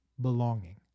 belonging